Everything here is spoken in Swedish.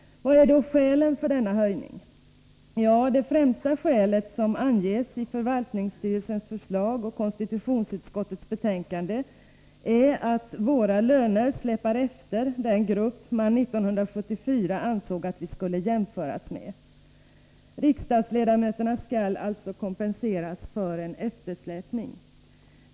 Vilka är då skälen för denna höjning? Det främsta skälet, som anges i förvaltningsstyrelsens förslag och konstitutionsutskottets betänkande, är att våra löner släpar efter lönerna för den grupp man 1974 ansåg att vi skulle jämföras med. Riksdagsledamöterna skall alltså kompenseras för en eftersläpning.